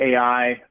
AI